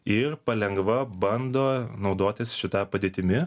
ir palengva bando naudotis šita padėtimi